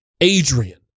Adrian